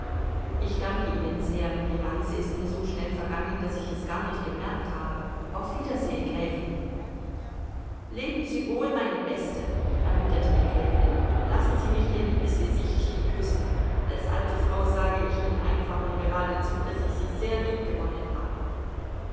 ich danke ihnen sehr die reise ist mir so schnell vergangen daß ich es gar nicht gemerkt habe auf wiedersehen gräfin leben sie wohl meine beste erwiderte die gräfin lassen sie mich ihr liebes gesichtchen küssen als alte frau sage ich ihnen einfach und geradezu daß ich sie sehr liebgewonnen habe